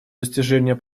достижение